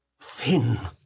thin